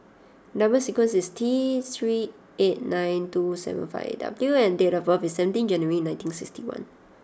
number sequence is T three eight nine two seven five W and date of birth is seventeen January nineteen sixty one